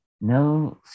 No